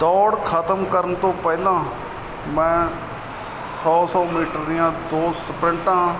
ਦੌੜ ਖਤਮ ਕਰਨ ਤੋਂ ਪਹਿਲਾਂ ਮੈਂ ਸੌ ਸੌ ਮੀਟਰ ਦੀਆਂ ਦੋ ਸਪ੍ਰਿੰਟਾਂ